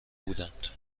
بودند